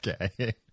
Okay